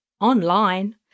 online